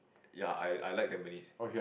ya I I like Tampines